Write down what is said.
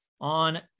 on